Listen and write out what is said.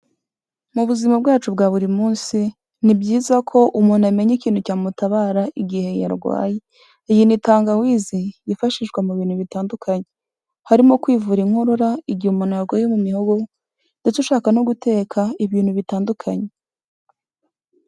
Mu buzima bwacu bwa buri munsi, ni byiza ko umuntu amenya ikintu cyamutabara igihe yarwaye. Iyi ni tangawizi yifashishwa mu bintu bitandukanye. Harimo kwivura inkorora igihe umuntu yarwaye mu mihogo, ndetse ushaka no guteka ibintu bitandukanye.